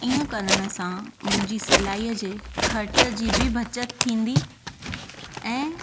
ईअं करण सां मुंहिंजी सिलाई जे ख़र्च जी बि बचति थींदी ऐं